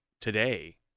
today